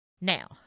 Now